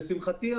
לשמחתי,